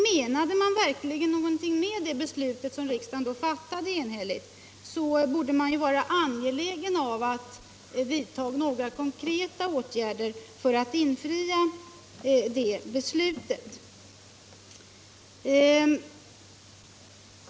Menade man verkligen någonting med det beslut riksdagen då enhälligt fattade, borde man vara angelägen om att vidta några konkreta åtgärder för att infria löftena.